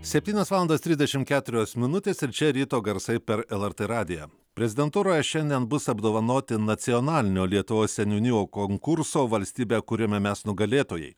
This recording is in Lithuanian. septynios valandos trisdešim keturios minutės ir čia ryto garsai per lrt radiją prezidentūroje šiandien bus apdovanoti nacionalinio lietuvos seniūnijų konkurso valstybę kuriame mes nugalėtojai